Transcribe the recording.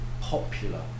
popular